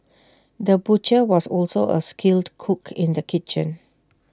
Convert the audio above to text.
the butcher was also A skilled cook in the kitchen